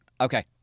Okay